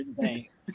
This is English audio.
Thanks